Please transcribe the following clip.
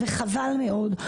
חבל מאוד.